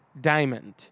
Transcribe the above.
diamond